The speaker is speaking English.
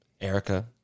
Erica